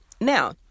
now